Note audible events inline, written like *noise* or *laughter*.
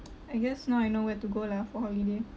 *noise* I guess now I know where to go lah for holiday